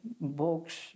books